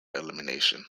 elimination